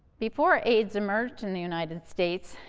before aids emerged in the united states,